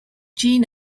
jean